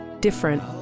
different